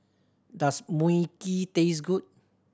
does Mui Kee taste good